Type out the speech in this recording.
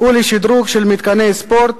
ולשדרוג של מתקני ספורט,